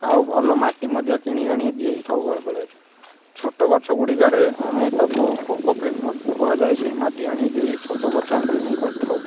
ଆଉ ଭଲ ମାଟି ମଧ୍ୟ କିଣି ଆଣି ଦିଆଯାଇଥାଏ ବେଳେବେଳେ ଛୋଟ ଗଛ ଗୁଡ଼ିକରେ ଆମେ ତା'କୁ କୋକୋପିଟ୍ କୁହାଯାଏ ସେଇ ମାଟି ଆଣି ଦେଇ ଛୋଟ ଗଛ ଆମେ ବ୍ରିଡ଼ିଂ କରିଥାଉ